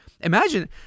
imagine